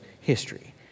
history